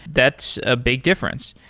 that's a big difference.